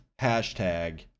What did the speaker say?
hashtag